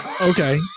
Okay